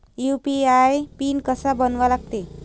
UPI PIN कसा बनवा लागते?